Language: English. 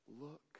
Look